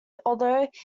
although